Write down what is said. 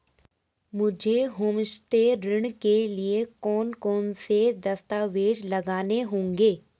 मुझे होमस्टे ऋण के लिए कौन कौनसे दस्तावेज़ लगाने होंगे?